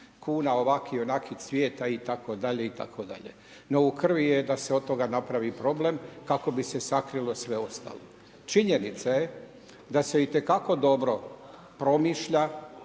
kuna, ovakvog onakvog cvijeta itd. No u krvi je da se od toga napravi problem kako bi se sakrilo sve ostalo. Činjenica je da se itekako dobro promišlja,